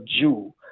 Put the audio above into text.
Jew